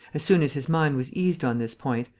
as soon as his mind was eased on this point,